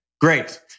great